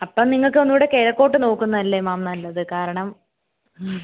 അപ്പം നിങ്ങൾക്ക് ഒന്നും കൂടെ കിഴക്കോട്ട് നോക്കുന്നതല്ലേ മാം നല്ലത് കാരണം